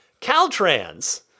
Caltrans